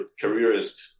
careerist